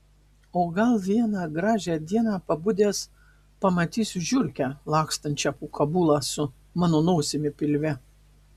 o gal vieną gražią dieną pabudęs pamatysiu žiurkę lakstančią po kabulą su mano nosimi pilve